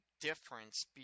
difference